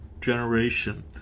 generation